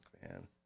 man